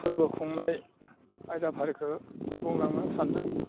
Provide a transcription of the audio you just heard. फोरबो खुंनाय आयदा फारिखौ बुंलांनो सानदों